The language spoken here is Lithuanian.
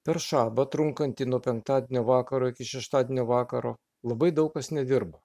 per šabą trunkantį nuo penktadienio vakaro iki šeštadienio vakaro labai daug kas nedirba